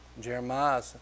Jeremiah